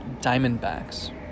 Diamondbacks